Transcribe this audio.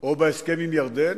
או בהסכם עם ירדן,